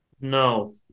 No